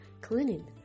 cleaning